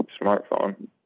smartphone